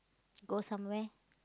go somewhere